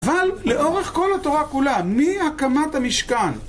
אבל לאורך כל התורה כולה מהקמת המשכן